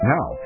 Now